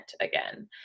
again